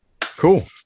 cool